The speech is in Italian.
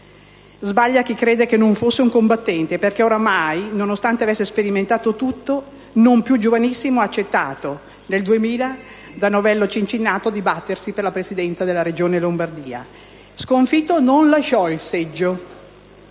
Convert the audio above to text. Sbaglia chi crede che non fosse un combattente, perché, nonostante avesse sperimentato tutto, e non più giovanissimo, accettò nel 2000, da novello Cincinnato, di battersi per la presidenza della Regione Lombardia. Sconfitto, non lasciò il seggio,